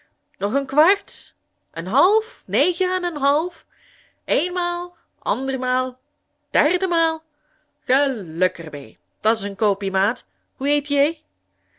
nog en kwart en half negen en en half eenmaal andermaal derdemaal geluk er mee da's een koopie maat hoe hiet